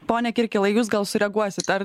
pone kirkilai jūs gal sureaguosit ar